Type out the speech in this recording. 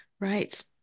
right